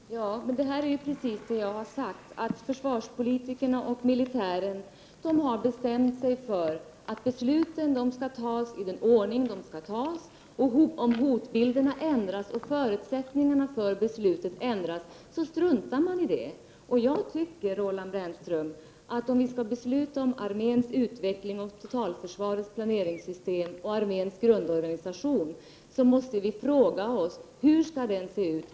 Fru talman! Det är precis det som jag har sagt; försvarspolitikerna och militären har bestämt sig för att besluten skall tas i den ordning de skall tas, och om hotbilderna och förutsättningarna för besluten ändras struntar man i det. Om vi skall besluta om arméns utveckling, totalförsvarets planeringssystem och arméns grundorganisation måste vi fråga oss, Roland Brännström: Hur skall armén se ut?